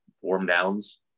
warm-downs